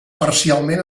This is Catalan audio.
parcialment